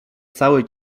całej